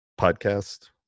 Podcast